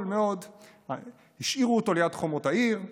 מאוד והשאירו אותו ליד חומות העיר.